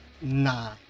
nine